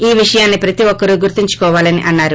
ఈ విషయాన్పి ప్రతి ఒక్కరూ గుర్తుంచుకోవాలని అన్నారు